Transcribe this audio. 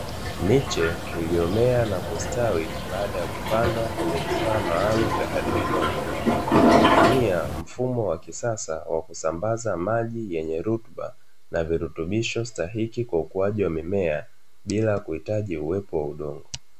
Miche iliyomea na kustawi baada ya kupandwa kwenye vifaa maalumu vya haidropini, vinavyotumia mfumo wa kisasa wa kusambaza maji yenye rutuba na virutubisho stahiki kwa ukuaji wa mimea bila kuhitaji uwepo wa udongo.